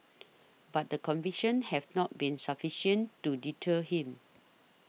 but the convictions have not been sufficient to deter him